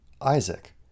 Isaac